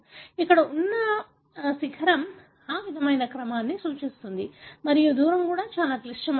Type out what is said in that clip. ఇక్కడ ఉన్న శిఖరం ఆ విధమైన క్రమాన్ని సూచిస్తుంది మరియు దూరం కూడా చాలా క్లిష్టమైనది